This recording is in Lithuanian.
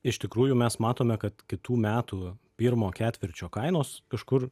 iš tikrųjų mes matome kad kitų metų pirmo ketvirčio kainos kažkur